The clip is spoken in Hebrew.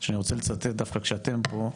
שאני רוצה לצטט, דווקא כשאתם פה,